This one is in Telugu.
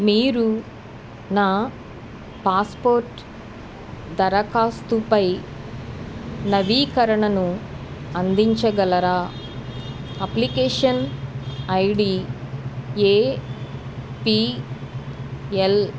మీరు నా పాస్పోర్ట్ దరఖాస్తుపై నవీకరణను అందించగలరా application I D A P L